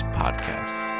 podcasts